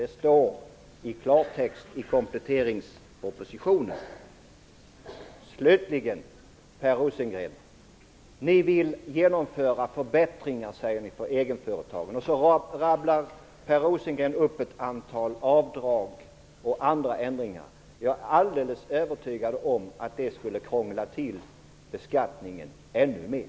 Det står i klartext i kompletteringspropositionen. Ni säger att ni vill genomföra förbättringar för egenföretagare, och så rabblar Per Rosengren upp ett antal avdrag och ändringar. Jag är helt övertygad om att det skulle krångla till beskattningen ännu mer.